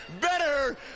better